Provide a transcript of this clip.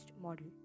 model